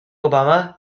obama